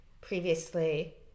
previously